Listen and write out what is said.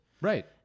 Right